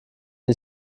die